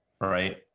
right